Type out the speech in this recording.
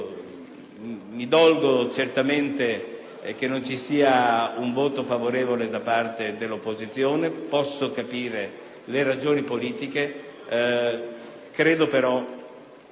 Mi dolgo che non vi sia un voto favorevole da parte dell'opposizione. Posso capire le ragioni politiche. Credo però